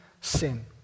sin